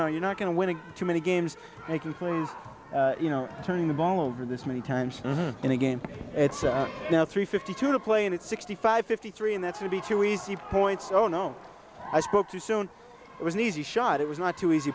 know you're not going to win it too many games thank you please you know turning the ball over this many times in a game it's out now three fifty two to play and it's sixty five fifty three and that's would be too easy points oh no i spoke too soon it was an easy shot it was not too easy